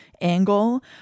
angle